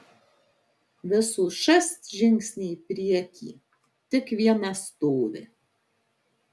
visos šast žingsnį į priekį tik viena stovi